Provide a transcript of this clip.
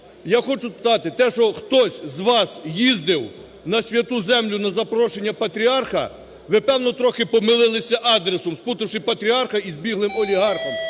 я хочу сказати те, що хтось з вас їздив на святу землю на запрошення патріарха, ви, певно, трохи помилилися адресом, сплутавши патріарха із біглим олігархом.